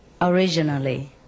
originally